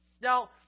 Now